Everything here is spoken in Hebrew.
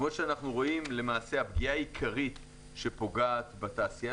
אנחנו רואים שהפגיעה העיקרית שפוגעת בתעשייה